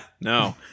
no